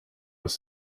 was